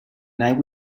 night